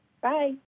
Bye